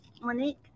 monique